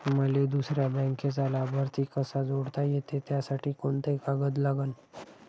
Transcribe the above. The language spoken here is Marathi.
मले दुसऱ्या बँकेचा लाभार्थी कसा जोडता येते, त्यासाठी कोंते कागद लागन?